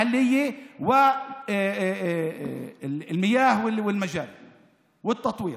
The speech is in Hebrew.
שבח וועדה מקומית ומים וביוב ופיתוח.